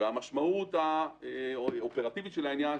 המשמעות האופרטיבית של העניין,